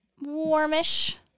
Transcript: warmish